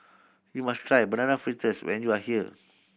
you must try Banana Fritters when you are here